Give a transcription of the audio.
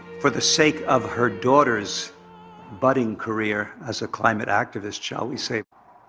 for the sake of her daughter's budding career as a climate activist, shall we say.